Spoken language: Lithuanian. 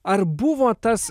ar buvo tas